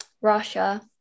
Russia